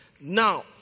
Now